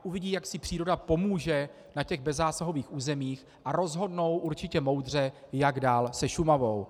Uvidí, jak si příroda pomůže na bezzásahových územích, a rozhodnou určitě moudře, jak dál se Šumavou.